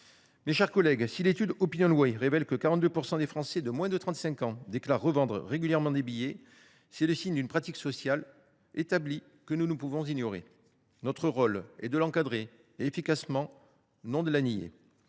Mes chers collègues, si l’étude OpinionWay révèle que 42 % des Français de moins de 35 ans déclarent revendre régulièrement des billets, c’est le signe d’une pratique sociale établie que nous ne pouvons ignorer. Notre rôle est de l’encadrer efficacement, non de la nier.